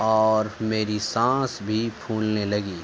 اور میری سانس بھی پھولنے لگی